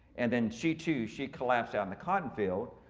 and then she too, she collapsed out in the cotton field.